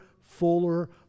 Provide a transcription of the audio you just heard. fuller